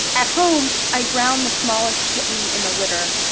at home, i drown the smallest kitten in the litter,